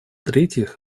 третьих